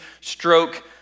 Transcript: stroke